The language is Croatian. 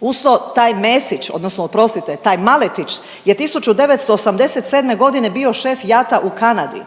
Uz to, taj Mesić odnosno oprostite, taj Maletić je 1987.g. bio šef Jata u Kanadi,